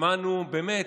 שמענו, באמת,